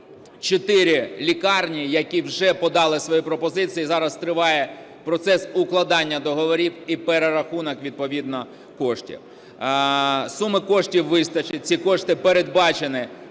504 лікарні, які вже подали свої пропозиції, зараз триває процес укладання договорів і перерахунок відповідно коштів. Суми коштів вистачить, ці кошти передбачені